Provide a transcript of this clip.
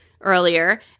earlier